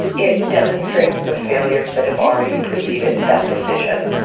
it demonstrates the failures that have already preceded that decision.